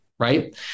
Right